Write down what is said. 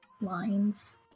lines